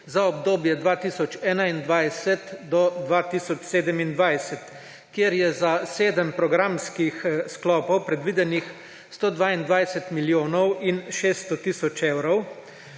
za obdobje 2021–2027, kjer je za sedem programskih sklopov predvidenih 122 milijonov in 600 tisoč evrov,